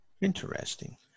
Interesting